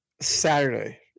Saturday